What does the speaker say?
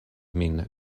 min